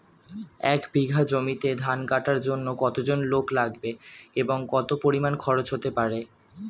এক বিঘা জমিতে ধান কাটার জন্য কতজন লোক লাগবে এবং কত পরিমান খরচ হতে পারে?